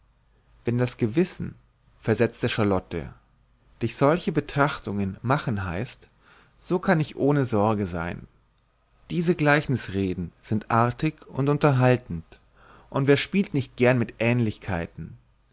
wenn das gewissen versetzte charlotte dich solche betrachtungen machen heißt so kann ich ohne sorge sein diese gleichnisreden sind artig und unterhaltend und wer spielt nicht gern mit ähnlichkeiten